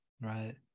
right